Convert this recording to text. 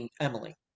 emily